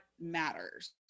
matters